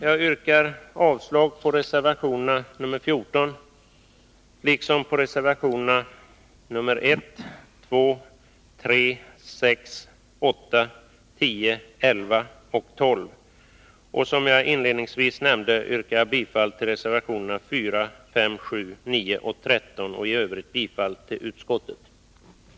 Jag yrkar avslag på reservationerna 1-3, 6, 8, 10-12 och 14. Som jag inledningsvis nämnde yrkar jag bifall till reservationerna 4, 5, 7, 9 och 13 samt i övrigt bifall till utskottets hemställan.